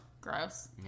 Gross